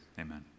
amen